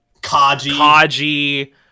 Kaji